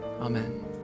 Amen